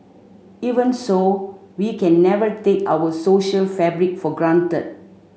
even so we can never take our social fabric for granted